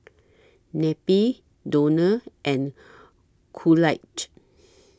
Neppie Donal and Coolidge